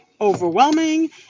overwhelming